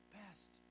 best